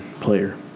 player